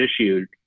issued